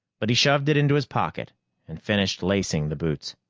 but he shoved it into his pocket and finished lacing the boots.